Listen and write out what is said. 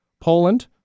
Poland